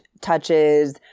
touches